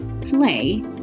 play